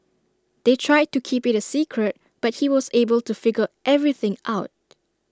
they tried to keep IT A secret but he was able to figure everything out